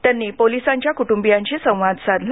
त्यांनी पोलिसांच्या कुटुंबियांशी संवाद साधला